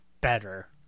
better